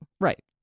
Right